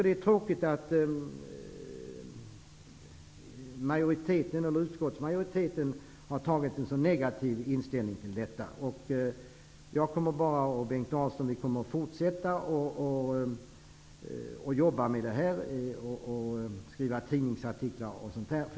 Det är tråkigt att utskottsmajoriteten har intagit en så negativ inställning till vårt förslag. Bengt Dalström och jag kommer att fortsätta att jobba med dessa frågor och skriva tidningsartiklar och liknande.